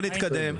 בוא נתקדם.